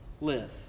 live